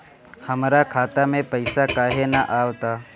हमरा खाता में पइसा काहे ना आव ता?